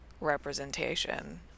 representation